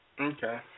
Okay